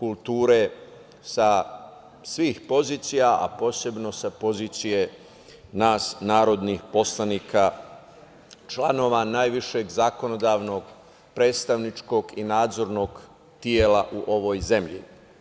kulture sa svih pozicija, a posebno sa pozicije nas narodnih poslanika članova najvišeg zakonodavnog predstavničkog i nadzornog tela u ovoj zemlji.